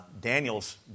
Daniel's